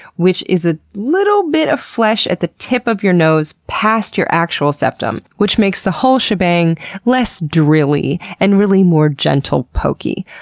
which is a little bit of flesh at the tip of your nose past your actual septum, which makes the whole shebang less drilly and really more gentle pokey.